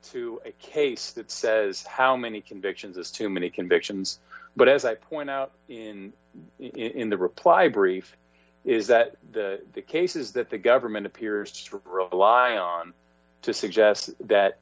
to a case that says how many convictions is too many convictions but as i point out in the in the reply brief is that the cases that the government appears to rely on to suggest that